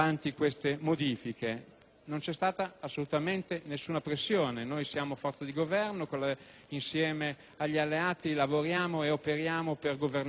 Non c'è stata assolutamente alcuna pressione. Noi siamo una forza di Governo e insieme agli alleati lavoriamo e operiamo per governare al meglio questo Paese.